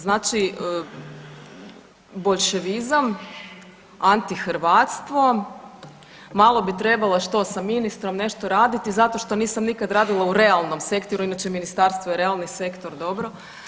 Znači boljševizam, antihrvatstvo, malo bi trebala što sa ministrom nešto raditi zato što nikad nisam radila u realnom sektoru, inače ministarstvo je realni sektor, dobro.